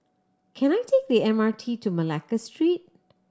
can I take the M R T to Malacca Street